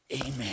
Amen